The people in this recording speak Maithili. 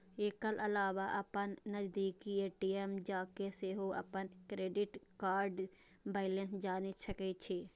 एकर अलावा अपन नजदीकी ए.टी.एम जाके सेहो अपन क्रेडिट कार्डक बैलेंस जानि सकै छी